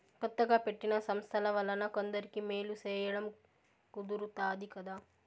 కొత్తగా పెట్టిన సంస్థల వలన కొందరికి మేలు సేయడం కుదురుతాది కదా